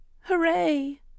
Hooray